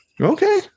Okay